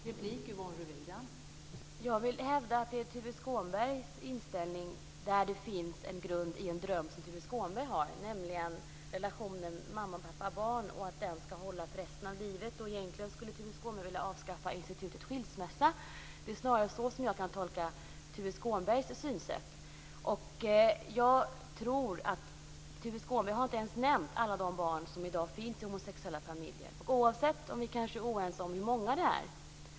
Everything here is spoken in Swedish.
Fru talman! Jag vill hävda att det är Tuve Skånbergs inställning som har en grund i en dröm som Tuve Skånberg har, nämligen den om relationen mamma-pappa-barn och drömmen om att den relationen ska hålla för resten av livet. Egentligen skulle Tuve Skånberg vilja avskaffa institutet skilsmässa. Det är snarare så som jag kan tolka Tuve Skånbergs synsätt. Tuve Skånberg har inte ens nämnt alla de barn som i dag finns i homosexuella familjer. Vi är kanske oense om hur många de är.